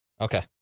Okay